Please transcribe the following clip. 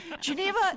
Geneva